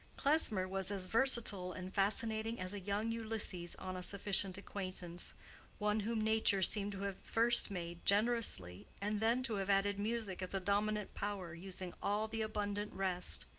klesmer was as versatile and fascinating as a young ulysses on a sufficient acquaintance one whom nature seemed to have first made generously and then to have added music as a dominant power using all the abundant rest,